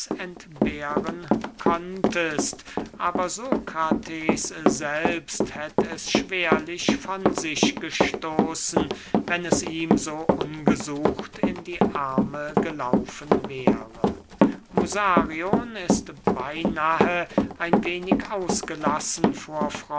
entbehren konntest aber sokrates selbst hätt es schwerlich von sich gestoßen wenn es ihm so ungesucht in die arme gelaufen wäre musarion ist beynahe ein wenig ausgelassen